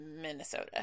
Minnesota